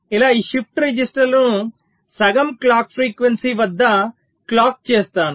నేను ఈ షిఫ్ట్ రిజిస్టర్లను సగం క్లాక్ ఫ్రీక్వెన్సీ వద్ద క్లాక్ చేస్తాను